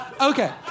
Okay